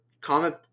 comment